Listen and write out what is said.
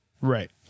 Right